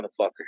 motherfucker